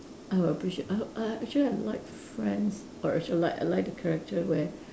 I will appreciate uh uh actually I like friends or actually I like I like the character where